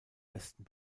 westen